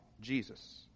Jesus